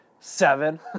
Seven